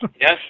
Yes